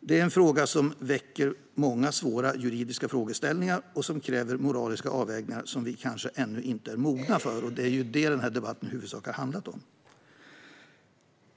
Detta är en fråga som väcker många svåra juridiska frågeställningar och som kräver moraliska avvägningar som vi kanske ännu inte är mogna för. Det är detta som denna debatt i huvudsak har handlat om.